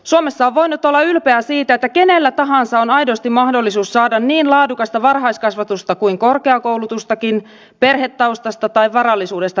suomessa on voinut olla ylpeä siitä että kenellä tahansa on aidosti mahdollisuus saada niin laadukasta varhaiskasvatusta kuin korkeakoulutustakin perhetaustasta tai varallisuudesta riippumatta